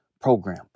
program